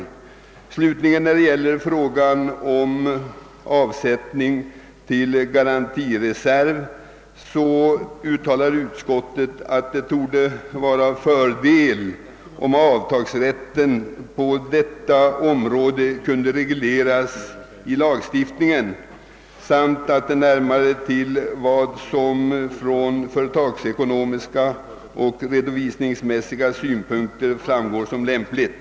Vad slutligen gäller frågan om avsättning till garantireserv uttalar utskottet att det otvivelaktigt skulle vara till fördel om avtalsrätten på detta område kunde regleras i lagstiftningen och närmare anknytas till vad som från företagsekonomiska och redovisningsmässiga synpunkter framstår som lämpligt.